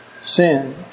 sin